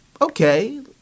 okay